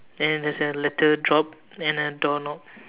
and there is a letter drop and a door knob